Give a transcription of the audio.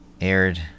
aired